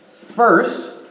First